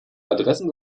adressen